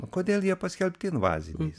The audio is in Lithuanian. kodėl jie paskelbti invaziniais